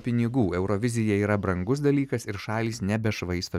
šalys nemėto pinigų eurovizija yra brangus dalykas ir šalys nebešvaisto pinigų